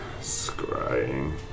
scrying